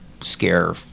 scare